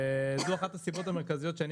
אחת הסיבות המרכזיות שאני